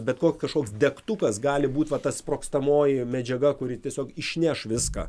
bet koks kažkoks degtukas gali būt va ta sprogstamoji medžiaga kuri tiesiog išneš viską